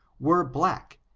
were black,